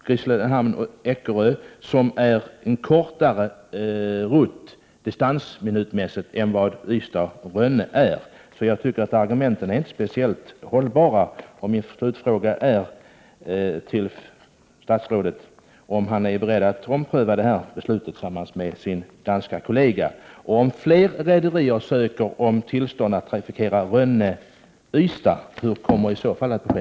Grisslehamn — Eckerö är en kortare rutt i distansminuter räknat än rutten Ystad— Rönne. Jag tycker således att argumenten inte är hållbara. Min följdfråga till statsrådet är om han är beredd att ompröva det här beslutet tillsammans med sin danske kollega. Hur kommer beskedet att bli om fler rederier skulle söka tillstånd att trafikera rutten Ystad—- Rönne?